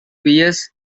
pius